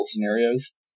scenarios